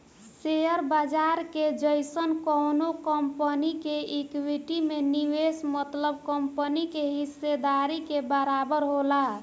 share बाजार के जइसन कवनो कंपनी के इक्विटी में निवेश मतलब कंपनी के हिस्सेदारी के बराबर होला